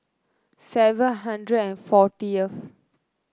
seven hundred and fortieth